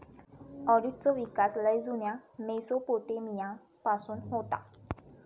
ऑडिटचो विकास लय जुन्या मेसोपोटेमिया पासून होता